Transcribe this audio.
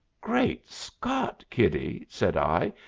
great scott, kiddie! said i,